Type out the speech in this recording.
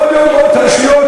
בכל יום באות הרשויות